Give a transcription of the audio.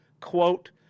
quote